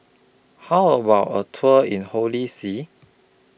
How about A Tour in Holy See